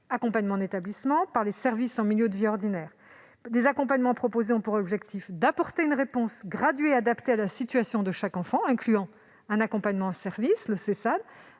accompagnement en établissement et par les services en milieu de vie ordinaire. Les accompagnements proposés ont pour objectif d'apporter une réponse graduée et adaptée à la situation de chaque enfant incluant : un accompagnement en service- le Sessad